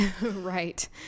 Right